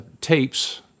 tapes